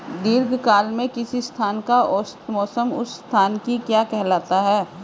दीर्घकाल में किसी स्थान का औसत मौसम उस स्थान की क्या कहलाता है?